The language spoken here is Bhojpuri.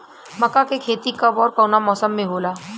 मका के खेती कब ओर कवना मौसम में होला?